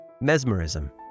mesmerism